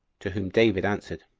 to whom david answered,